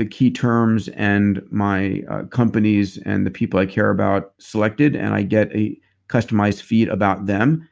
the key terms and my companies and the people i care about selected. and i get a customized feed about them.